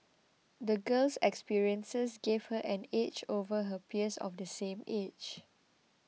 the girl's experiences gave her an edge over her peers of the same age